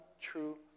true